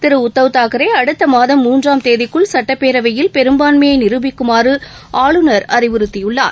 கிருடக்கவ் தாக்கரேஅடுத்தமாதம் முன்றாம் கேகிக்குள் சட்டப்பேரவையில் பெரும்பான்மையைநிரூபிக்குமாறுஆளுநர் அறிவுறுத்தியுள்ளார்